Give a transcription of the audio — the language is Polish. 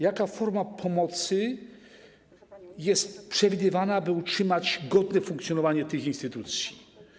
Jaka forma pomocy jest przewidywana, aby utrzymać godne funkcjonowanie tych instytucji?